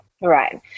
right